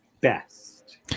best